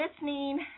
listening